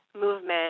movement